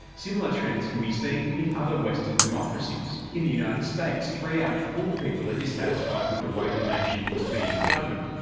similar trends can be seen in other western democracies. in the united states three out of four people are dissatisfied with the way the nation is being governed.